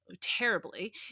terribly